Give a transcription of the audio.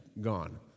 gone